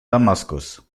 damaskus